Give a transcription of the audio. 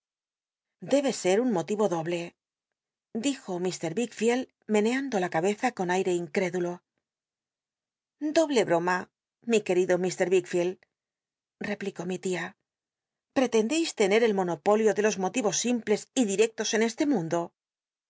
debe ser un motivo doble dijo ilr wickfield meneando la cabeza con aire incrédulo doble broma mi r uel'ido mr wickfield repli có mi t ia prelcndeis tener el monopolio de los molivos simples y direclos en este mundo